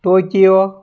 Tokyo